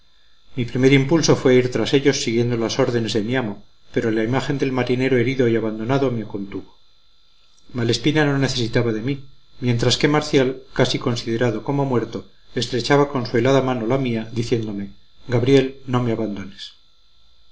mi primer impulso fue ir tras ellos siguiendo las órdenes de mi amo pero la imagen del marinero herido y abandonado me contuvo malespina no necesitaba de mí mientras que marcial casi considerado como muerto estrechaba con su helada mano la mía diciéndome gabriel no me abandones